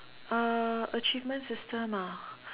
uh achievement system ah